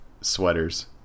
sweaters